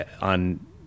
on